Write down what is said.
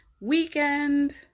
weekend